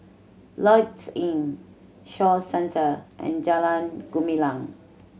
Lloyds Inn Shaw Centre and Jalan Gumilang